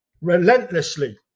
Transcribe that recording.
relentlessly